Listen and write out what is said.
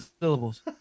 syllables